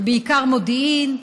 זה בעיקר מודיעין,